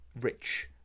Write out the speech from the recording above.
rich